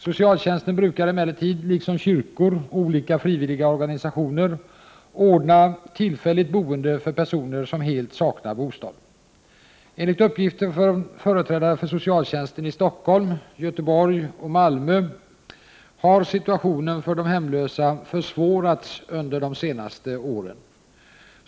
Socialtjänsten brukar emellertid, liksom kyrkor och olika frivilliga organisationer, ordna tillfälligt boende för personer som helt saknar bostad. Enligt uppgifter från företrädare för socialtjänsten i Stockholm, Göteborg och Malmö har situationen för de hemlösa försvårats under de senaste åren.